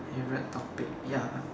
favorite topic ya